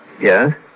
Yes